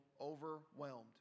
overwhelmed